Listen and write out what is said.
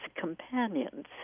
companions